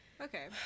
Okay